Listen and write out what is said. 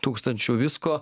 tūkstančių visko